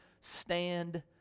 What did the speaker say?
stand